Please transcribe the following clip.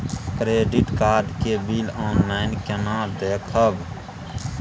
Credit card के bill online केना देखबय?